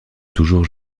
toujours